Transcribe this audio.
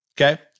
Okay